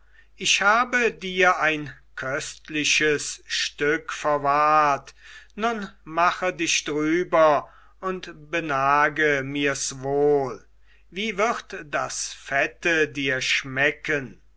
ich habe dir ein köstliches stück verwahrt nun mache dich drüber und benage mirs wohl wie wird das fette dir schmecken